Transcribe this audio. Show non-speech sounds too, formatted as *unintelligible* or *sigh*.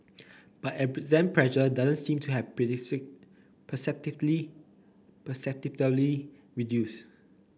but exam pressure doesn't seem to have *unintelligible* perceptibly *unintelligible* reduced